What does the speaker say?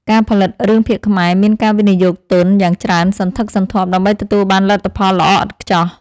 ការផលិតរឿងភាគខ្មែរមានការវិនិយោគទុនយ៉ាងច្រើនសន្ធឹកសន្ធាប់ ដើម្បីទទួលបានលទ្ធផលល្អឥតខ្ចោះ។